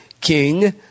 King